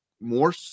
more